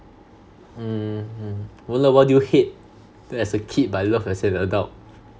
mm wen le what do you hate as a kid but love as an adult